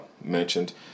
mentioned